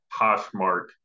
Poshmark